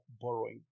borrowing